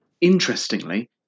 interestingly